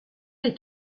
est